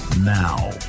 Now